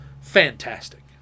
Fantastic